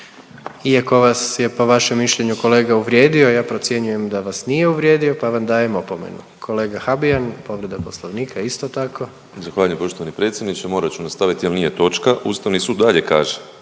Iako vas je po vašem mišljenju kolega uvrijedio ja procjenjujem da vas nije uvrijedio pa vam dajem opomenu. Kolega Habijan povreda poslovnika isto tako. **Habijan, Damir (HDZ)** Zahvaljujem poštovani predsjedniče. Morat ću nastaviti jel nije točka, Ustavni sud dalje kaže